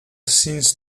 scenes